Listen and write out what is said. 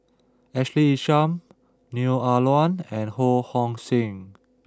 Ashley Isham Neo Ah Luan and Ho Hong Sing